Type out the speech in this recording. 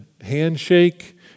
handshake